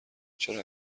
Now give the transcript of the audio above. چرا